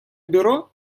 бюро